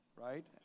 right